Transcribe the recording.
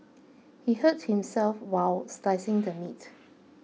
he hurt himself while slicing the meat